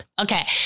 Okay